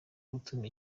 gutuma